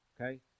Okay